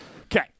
Okay